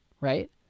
right